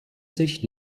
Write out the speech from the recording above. sich